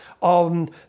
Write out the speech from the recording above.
on